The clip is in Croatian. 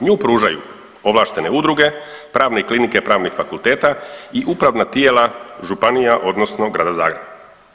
Nju pružaju ovlaštene udruge, pravne klinike pravnih fakulteta i upravna tijela županija odnosno Grada Zagreba.